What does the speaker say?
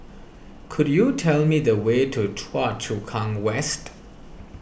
could you tell me the way to Choa Chu Kang West